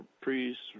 priests